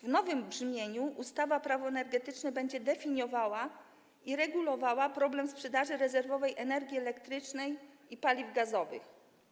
W nowym brzmieniu ustawa Prawo energetyczne będzie definiowała i regulowała problem sprzedaży rezerwowej energii elektrycznej i paliw gazowych.